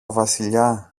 βασιλιά